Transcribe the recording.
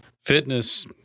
Fitness